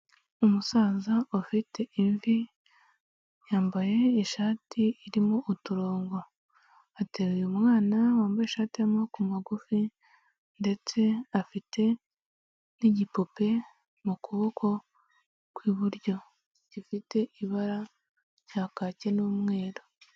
Umusaza ufite imvi, yambaye ishati irimo uturongo. Ateruye umwana wambaye ishati y'amaboko magufi ndetse afite n'igipupe mu kuboko kw'iburyo, gifite ibara rya kacyi n'umweru.